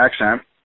accent